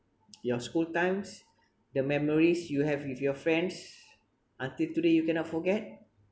your school times the memories you have with your friends until today you cannot forget